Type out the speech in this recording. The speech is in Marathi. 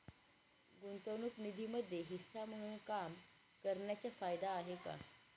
गुंतवणूक निधीमध्ये हिस्सा म्हणून काम करण्याच्या फायदा काय आहे?